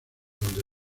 donde